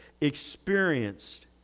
experienced